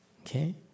okay